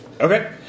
Okay